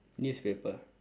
newspaper